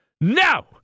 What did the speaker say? No